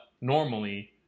normally